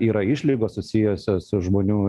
yra išlygos susijusios su žmonių